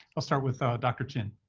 i'll start with dr. chin.